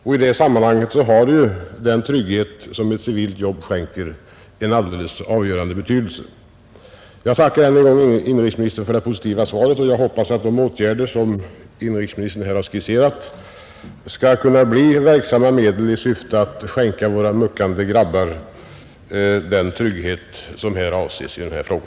I det sammanhanget har den trygghet som ett civilt jobb skänker en alldeles avgörande betydelse. Jag tackar än en gång inrikesministern för det positiva svaret och jag hoppas att de åtgärder som inrikesministern här har skisserat skall kunna bli verksamma medel i syfte att skänka våra muckande grabbar den trygghet som avses med min fråga.